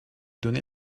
donner